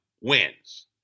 wins